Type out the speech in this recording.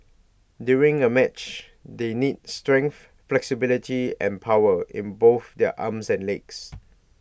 during A match they need strength flexibility and power in both their arms and legs